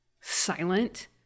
silent